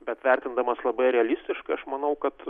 bet vertindamas labai realistiškai aš manau kad